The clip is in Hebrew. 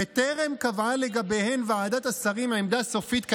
בטרם קבעה לגביהם ועדת השרים עמדה סופית כנדרש,